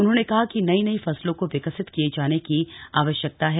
उन्होंने कहा कि नई नई फसलों को विकसित किए जाने की आवश्यकता है